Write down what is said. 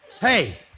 Hey